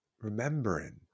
remembering